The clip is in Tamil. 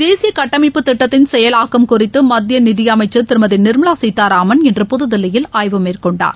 தேசிய கட்டமைப்புத்திட்டத்தின் செயலாக்கம் குறித்து மத்திய நிதியமைச்சர் திருமதி நிர்மலா சீதாராமன் இன்று புதுதில்லியில் ஆய்வு மேற்கொண்டார்